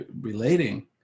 relating